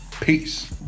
Peace